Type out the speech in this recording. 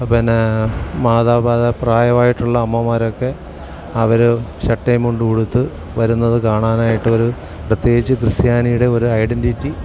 പിന്നേ മാതാവ് പ്രായമായിട്ടുള്ള അമ്മമാരൊക്കെ അവർ ചട്ടയും മുണ്ടുടുത്ത് വരുന്നത് കാണാനായിട്ട് ഒരു പ്രത്യേകിച്ച് ക്രിസ്ത്യാനിയുടെ ഒരു ഐഡൻറ്റിറ്റി